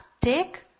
take